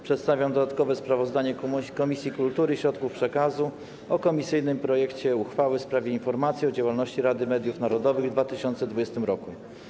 Przedstawiam dodatkowe sprawozdanie Komisji Kultury i Środków Przekazu o komisyjnym projekcie uchwały w sprawie informacji o działalności Rady Mediów Narodowych w 2020 r.